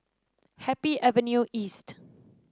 Happy Avenue East